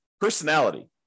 personality